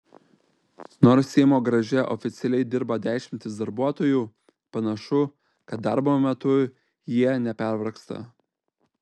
nors seimo garaže oficialiai dirba dešimtys darbuotojų panašu kad darbo metu jie nepervargsta